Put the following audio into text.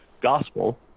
gospel